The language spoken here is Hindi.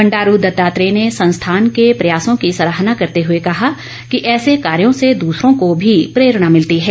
बंडारू दत्तात्रेय ने संस्थान के प्रयासों की सराहना करते हुए कहा कि ऐसे कार्यों से दूसरों को भी प्रेरणा मिलती है